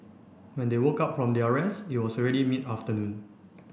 when they woke up from their rest it was already mid afternoon